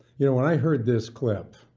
yeah when i heard this clip,